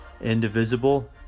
indivisible